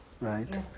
right